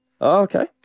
Okay